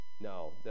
No